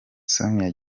sonia